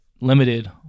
limited